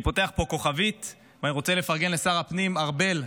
אני פותח פה כוכבית ואני רוצה לפרגן לשר הפנים ארבל,